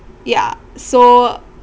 ya so